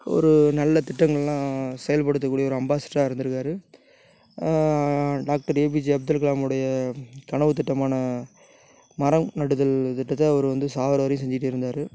ஒரு நல்ல திட்டங்கள்லாம் செயல்படுத்தக் கூடிய ஒரு அம்பாஸ்ட்ராக இருந்திருக்காரு டாக்டர் ஏ பி ஜே அப்துல்கலாமுடைய கனவு திட்டமான மரம் நடுதல் திட்டத்தை அவர் வந்து சாகிற வரையும் செஞ்சிகிட்டே இருந்தார்